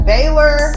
Baylor